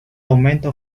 aumento